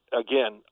again